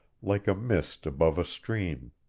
like a mist above a stream